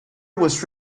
was